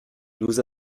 nous